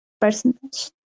percentage